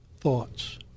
thoughts